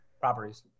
properties